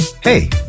Hey